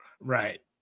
right